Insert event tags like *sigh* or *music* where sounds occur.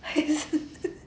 *laughs*